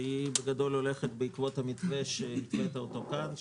שהיא בגדול הולכת בעקבות המתווה שהתווית כאן,